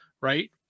right